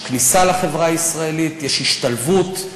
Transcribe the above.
יש כניסה לחברה הישראלית, יש השתלבות,